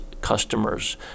customers